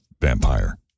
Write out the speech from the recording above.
Vampire